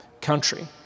country